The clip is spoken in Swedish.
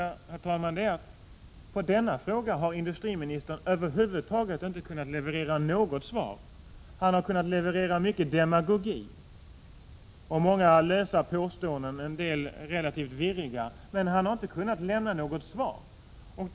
På denna fråga har industriministern över huvud taget inte kunnat leverera något svar. Han har åstadkommit mycket demagogi och många lösa påståenden, en del relativt virriga, men han har inte kunnat lämna något svar.